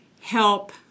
help